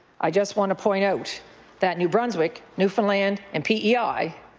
i just want to point out that new brunswick, newfoundland, and p e i.